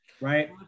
right